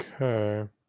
Okay